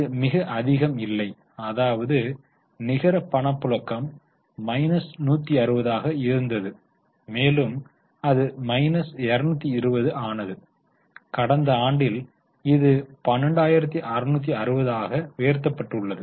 இது மிக அதிகம் இல்லை அதாவது நிகர பணப்புழக்கம் மைனஸ் 160 ஆக இருந்தது மேலும் அது மைனஸ் 220 ஆனது கடந்த ஆண்டில் இது 12660 ஆக உயர்த்தப்பட்டுள்ளது